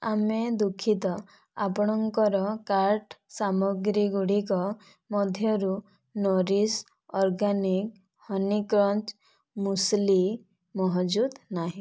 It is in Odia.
ଆମେ ଦୁଃଖିତ ଆପଣଙ୍କର କାର୍ଟ୍ ସାମଗ୍ରୀଗୁଡ଼ିକ ମଧ୍ୟରୁ nourish organic honey crunch muesli ମହଜୁଦ୍ ନାହିଁ